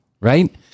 Right